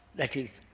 that is,